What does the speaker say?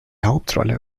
hauptrolle